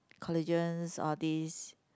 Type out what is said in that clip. collagens all these